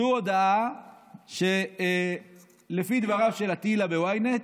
זו הודעה שלפי דבריו של אטילה ב-ynet,